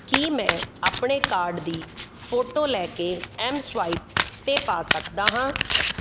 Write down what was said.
ਕੀ ਮੈਂ ਆਪਣੇ ਕਾਰਡ ਦੀ ਫੋਟੋ ਲੈ ਕੇ ਐੱਮ ਸਵਾਇਪ 'ਤੇ ਪਾ ਸਕਦਾ ਹਾਂ